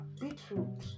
Beetroot